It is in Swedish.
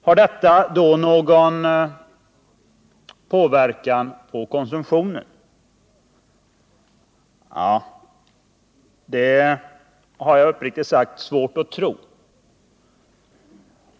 Skulle det då ha någon påverkan på konsumtionen? Det har jag uppriktigt sagt svårt att tro.